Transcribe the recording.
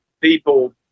people